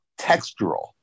textural